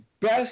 best